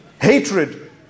hatred